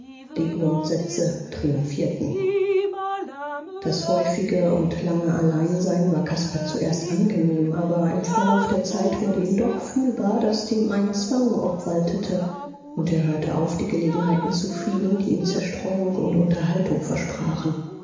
die grundsätze triumphierten das häufige und lange alleinsein war caspar zuerst angenehm aber im verlauf der zeit wurde ihm doch fühlbar daß dem ein zwang obwaltete und er hörte auf die gelegenheiten zu fliehen die ihm zerstreuung und unterhaltung versprachen